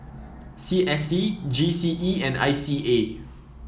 C S C G C E and I C A